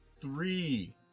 three